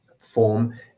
form